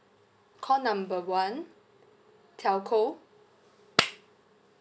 call number one telco